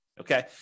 Okay